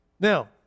Now